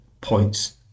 points